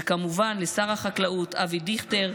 וכמובן לשר החקלאות אבי דיכטר,